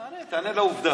תענה, תענה לעובדה.